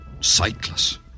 sightless